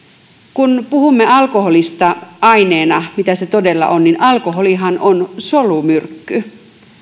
kun puhumme alkoholista aineena mitä se todella on niin alkoholihan on solumyrkky